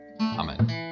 Amen